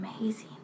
amazing